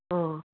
अँ